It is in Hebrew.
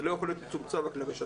זה לא יכול להיות מצומצם רק לרשתות.